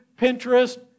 Pinterest